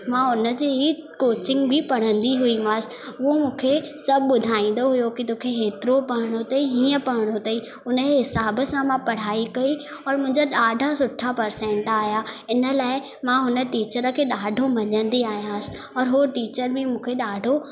मां उनजी ई कोचिंग बि पढ़ंदी हुई मासि उहो मूंखे सभु ॿुधाईंदो हुयो की तोखे एतिरो पढ़णो अथई हीअं पढ़णो अथई उन जी हिसाब सां मां पढ़ाई कई और मुंहिंजा ॾाढा सुठा परसेंट आया आहिनि लाइ मां हुन टीचर खे ॾाढो मञदी आहियां औ बि मूंखे ॾाढो